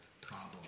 problem